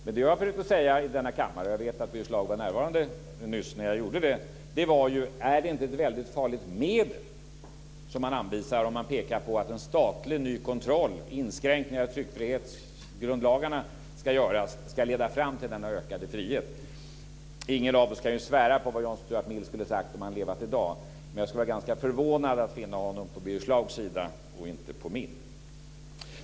Men vad jag försökte säga i denna kammare - jag vet att Birger Schlaug var närvarande nyss när jag gjorde det - var: Är det inte ett väldigt farligt medel som man anvisar om man pekar på att en statlig ny kontroll, en inskränkning av tryckfrihetsgrundlagarna ska göras som ska leda fram till denna ökade frihet? Ingen av oss kan svära på vad John Stuart Mill skulle ha sagt om han levt i dag, men jag skulle vara ganska förvånad att finna honom på Birger Schlaugs sida och inte på min.